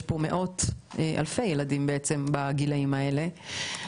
יש פה אלפי ילדים בגילאים האלה.